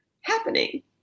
happening